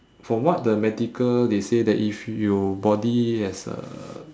from what the medical they say that if your body has a